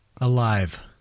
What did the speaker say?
Alive